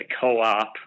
co-op